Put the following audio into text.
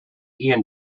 iain